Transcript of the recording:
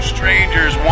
Strangers